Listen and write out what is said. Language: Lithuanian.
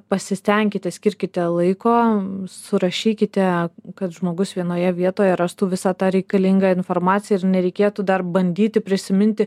pasistenkite skirkite laiko surašykite kad žmogus vienoje vietoje rastų visą tą reikalingą informaciją ir nereikėtų dar bandyti prisiminti